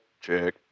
check